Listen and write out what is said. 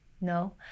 No